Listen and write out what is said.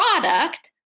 product